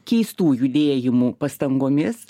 keistų judėjimų pastangomis